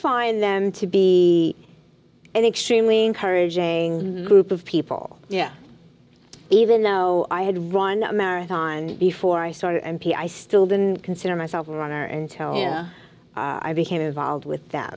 find them to be an extremely encouraging group of people yeah even though i had run a marathon before i started m p i still didn't consider myself a runner and i became involved with th